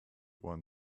ohren